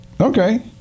Okay